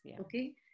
okay